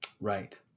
Right